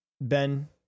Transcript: Ben